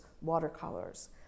watercolors